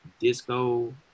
disco